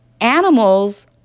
animals